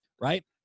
Right